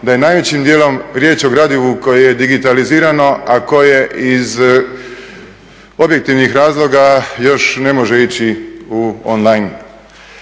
da je najvećim dijelom riječ o gradivu koje je digitalizirano, a koje iz objektivnih razloga još ne može ići u online